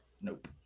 Nope